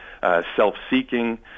self-seeking